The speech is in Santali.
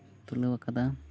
ᱛᱩᱞᱟᱹᱣ ᱟᱠᱟᱫᱟ